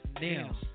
nails